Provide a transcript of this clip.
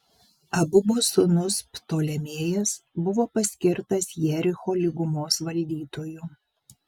abubo sūnus ptolemėjas buvo paskirtas jericho lygumos valdytoju